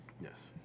Yes